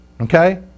Okay